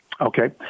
Okay